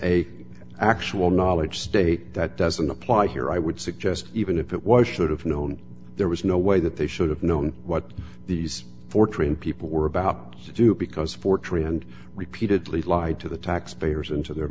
a actual knowledge state that doesn't apply here i would suggest even if it was should have known there was no way that they should have known what these four train people were about to do because for tree and repeatedly lied to the taxpayers and to their